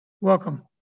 Welcome